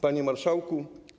Panie Marszałku!